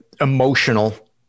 emotional